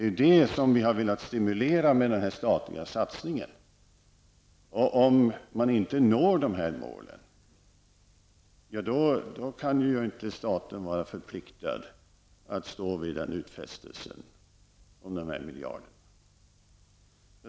Det är detta som vi har velat stimulera med denna statliga satsning. Om man inte når dessa mål kan ju staten inte heller vara förpliktigad att stå vid utfästelsen om dessaa miljarder.